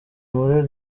muri